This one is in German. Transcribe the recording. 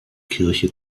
kirche